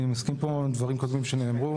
אני מסכים פה עם דברים קודמים שנאמרו,